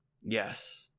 Yes